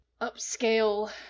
upscale